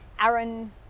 Aaron